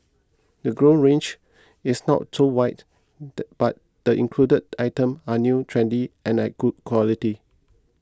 the grown range is not so wide but the included item are new trendy and at good quality